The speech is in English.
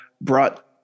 brought